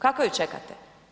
Kako ju čekate?